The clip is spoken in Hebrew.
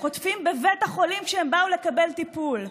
חוטפים בבית החולים שאליו הם באו לקבל טיפול.